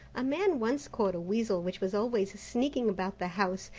a man once caught a weasel, which was always sneaking about the house,